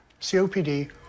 COPD